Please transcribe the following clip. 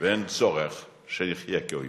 ואין צורך שנחיה כאויבים.